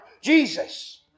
Jesus